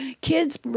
kids